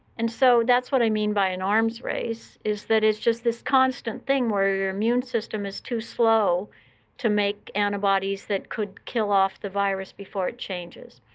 and so that's what i mean by an arms race. it's that is just this constant thing where your immune system is too slow to make antibodies that could kill off the virus before it changes.